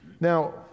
Now